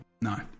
No